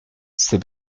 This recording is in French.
c’est